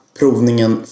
provningen